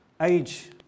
Age